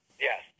Yes